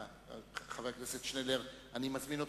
חבר הכנסת שנלר, אני מזמין אותך.